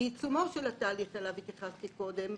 שזה בעיצומו של התהליך אליו התייחסתי קודם,